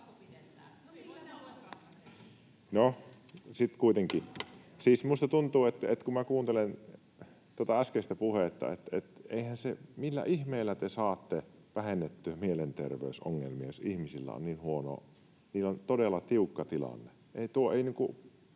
minusta tuntuu, että kun minä kuuntelin tuota äskeistä puhetta, eihän se... Millä ihmeellä te saatte vähennettyä mielenterveysongelmia, jos ihmisillä on niin huono, todella tiukka tilanne.